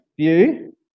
view